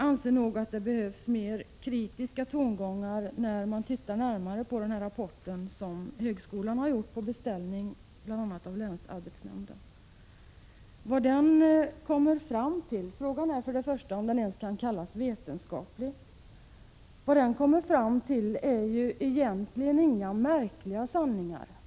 Efter att ha tittat närmare på denna rapport som högskolan har gjort på beställning av bl.a. länsarbetsnämnden anser jag att det behövs mer kritiska tongångar. Frågan är först och främst om denna rapport kan kallas vetenskaplig. Vad den kommer fram till är ju egentligen inga märkliga sanningar.